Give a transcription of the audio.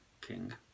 King